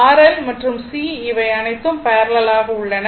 R L R L மற்றும் C இவை அனைத்தும் பேரலல் ஆக உள்ளன